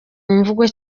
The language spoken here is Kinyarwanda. mvugo